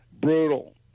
brutal